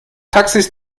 taxis